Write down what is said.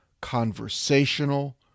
Conversational